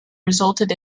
resulted